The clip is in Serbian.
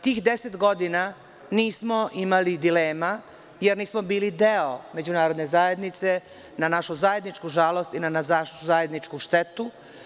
Tih deset godina nismo imali dilema jer nismo bili deo međunarodne zajednice, na našu zajedničku žalost i na zajedničku štetu.